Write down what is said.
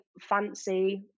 fancy